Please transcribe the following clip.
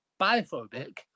biphobic